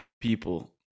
people